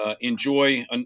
enjoy